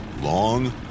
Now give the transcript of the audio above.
long